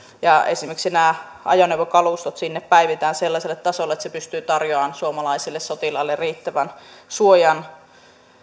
ja esimerkiksi ajoneuvokalustot sinne päivitetään sellaiselle tasolle että se pystyy tarjoamaan suomalaiselle sotilaalle riittävän suojan